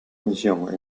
misión